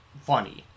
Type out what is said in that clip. funny